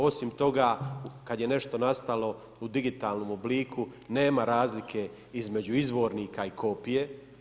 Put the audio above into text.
Osim toga, kad je nešto nastalo u digitalnom obliku nema razlike između izvornika i kopije.